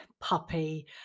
puppy